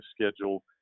schedule